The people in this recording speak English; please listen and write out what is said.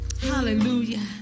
Hallelujah